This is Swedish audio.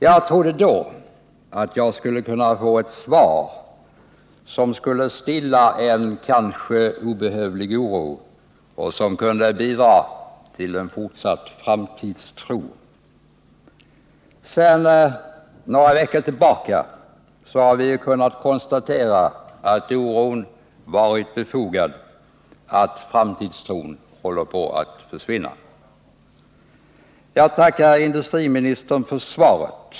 Jag trodde då att jag skulle kunna få ett svar som skulle stilla en kanske obehövlig oro och som kunde bidra till fortsatt framtidstro. Sedan några veckor tillbaka har vi kunnat konstatera att oron var befogad och att framtidstron håller på att försvinna. Jag tackar industriministern för svaret.